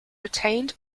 retained